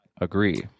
agree